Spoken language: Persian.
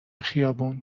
خیابون